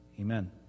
Amen